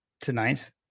tonight